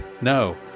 No